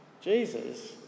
Jesus